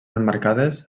emmarcades